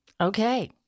Okay